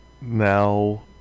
now